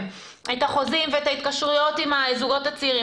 את החוזים ואת ההתקשרויות עם הזוגות הצעירים,